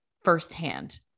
firsthand